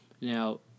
now